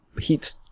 heat